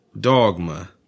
Dogma